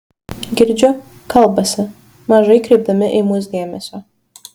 girdžiu kalbasi mažai kreipdami į mus dėmesio